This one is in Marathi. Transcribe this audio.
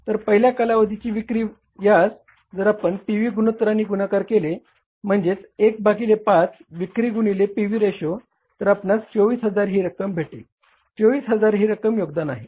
तर पहिल्या कालावधीची विक्री यास जर आपण पी व्ही गुणोत्तरांनी गुणाकार केले तर म्हणजेच 1 भागिले 5 विक्री गुणिले पी व्ही रेशो तर आपणास 24000 ही रक्कम भेटेल 24000 ही रक्कम योगदान आहे